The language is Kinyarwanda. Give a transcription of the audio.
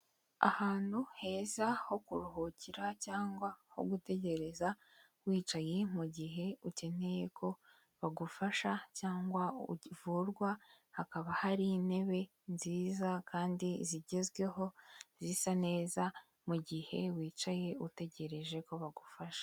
Ahantu heza ho kuruhukira cyangwa ho gutegerereza wicaye mu gihe ukeneye ko bagufasha cyangwa uvurwa, hakaba hari intebe nziza kandi zigezweho zisa neza mu gihe wicaye utegereje ko bagufasha.